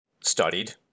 studied